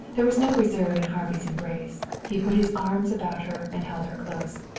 there was no reserve in harvey's embrace. he put his arms about her and held her close.